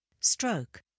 stroke